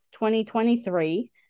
2023